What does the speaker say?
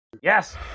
Yes